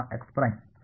ಸರಿ